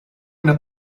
una